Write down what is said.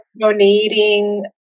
donating